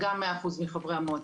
הסכמת 100 אחוזים מחברי המועצה.